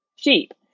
sheep